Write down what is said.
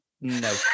No